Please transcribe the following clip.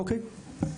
אוקיי.